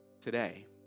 today